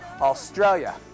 Australia